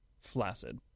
flaccid